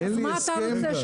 אין לי הסכם.